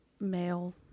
male